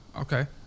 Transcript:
Okay